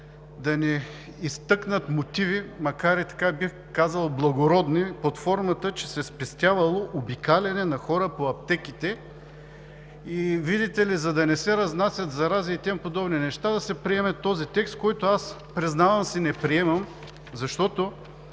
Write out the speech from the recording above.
да ни изтъкнат мотиви, макар, бих казал, и благородни, под формата, че се спестявало обикалянето на хора по аптеките. И, видите ли, за да не се разнасят зарази и тем подобни неща, да се приеме този текст, който, признавам, не приемам, защото,